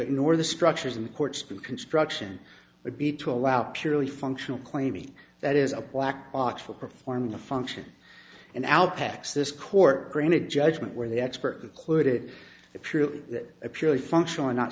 ignore the structures in the courts to construction would be to allow purely functional claiming that is a black box for perform the function and alpacas this court granted judgment where the expert included the purely a purely functional and not